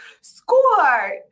score